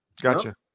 Gotcha